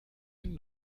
den